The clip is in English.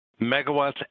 megawatts